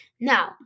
Now